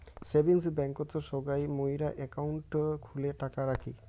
savings ব্যাংকতে সগই মুইরা একাউন্ট খুলে টাকা রাখি